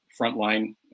frontline